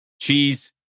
cheese